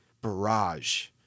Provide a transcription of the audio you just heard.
barrage